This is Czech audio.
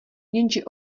jenže